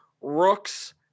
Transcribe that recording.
rooks